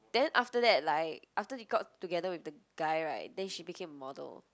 then after that like after she got together with the guy right then she became a model